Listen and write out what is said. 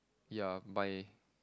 ya my